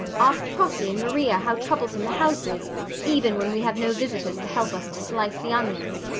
ask prossy and maria how troublesome the house is even when we have no visitors to help us to slice the onions.